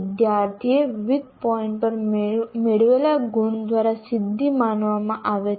વિદ્યાર્થીએ વિવિધ પોઈન્ટ પર મેળવેલા ગુણ દ્વારા સિદ્ધિ માપવામાં આવે છે